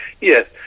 Yes